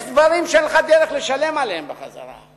יש דברים שאין לך דרך לשלם עליהם בחזרה.